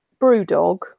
Brewdog